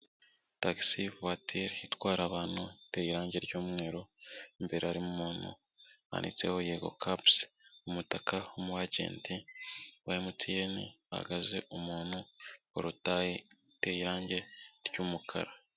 Tagisi vuwatiri itwara abantu, iteye irange ry'umweru, imbere harimo umuntu, hanitseho Yego Kapusi, umutaka w'umu ajenti wa MTN hahagaze umuntu, porutayi iteye irangi ry'umukara.